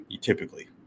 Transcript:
typically